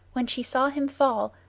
when she saw him fall,